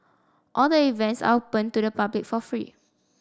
all the events are open to the public for free